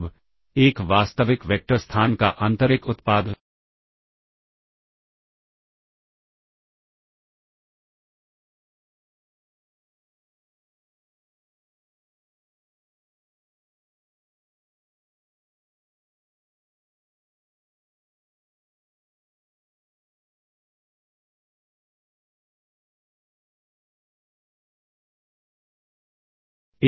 अब एक वास्तविक वेक्टर स्थान का आंतरिक उत्पाद